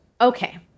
Okay